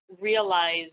realize